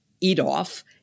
eat-off